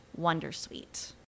Wondersuite